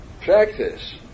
practice